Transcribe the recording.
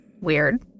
weird